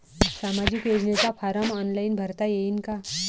सामाजिक योजनेचा फारम ऑनलाईन भरता येईन का?